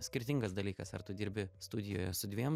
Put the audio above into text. skirtingas dalykas ar tu dirbi studijoje su dviem